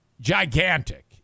gigantic